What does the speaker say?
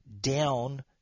down